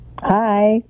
Hi